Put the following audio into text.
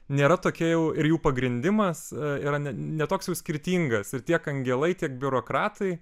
nėra tokia jau ir jų pagrindimas yra ne toks skirtingas ir tiek angelai tiek biurokratai